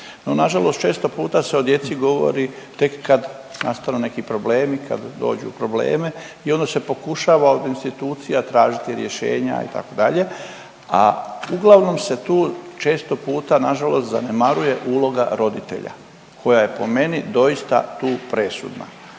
na žalost često puta se o djeci govori tek kad nastanu neki problemi, kad dođu u probleme i onda se pokušava od institucija tražiti rješenja itd. A uglavnom se tu često puta na žalost zanemaruje uloga roditelja koja je po meni doista tu presudna.